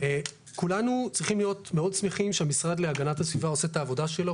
כולנו צריכים להיות מאוד שמחים שהמשרד להגנת הסביבה עושה את העבודה שלו,